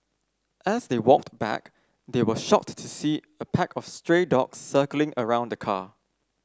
as they walked back they were shocked to see a pack of stray dogs circling around the car